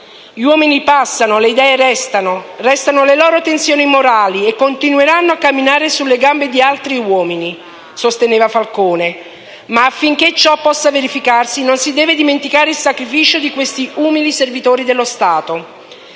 «Gli uomini passano, le idee restano. Restano le loro tensioni morali e continueranno a camminare sulle gambe di altri uomini», sosteneva Falcone. Ma, affinché ciò possa verificarsi, non si deve dimenticare il sacrificio di questi umili servitori dello Stato.